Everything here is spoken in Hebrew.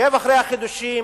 עוקב אחרי החידושים,